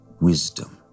wisdom